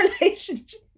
relationship